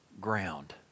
ground